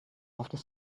after